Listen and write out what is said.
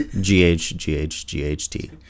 G-H-G-H-G-H-T